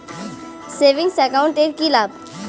Savings account এর কি লাভ?